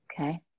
Okay